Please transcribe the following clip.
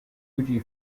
fuji